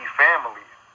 families